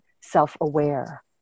self-aware